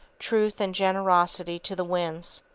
truth, and generosity to the winds.